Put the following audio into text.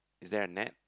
is there a net